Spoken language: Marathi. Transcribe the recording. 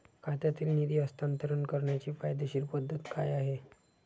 खात्यातील निधी हस्तांतर करण्याची कायदेशीर पद्धत काय आहे?